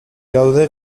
gaude